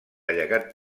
llegat